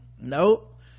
Nope